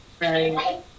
right